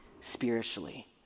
spiritually